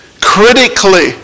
critically